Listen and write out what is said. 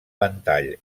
ventall